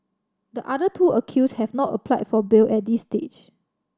the other two accused have not applied for bail at this stage